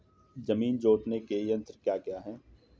जमीन जोतने के यंत्र क्या क्या हैं?